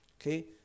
Okay